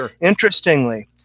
interestingly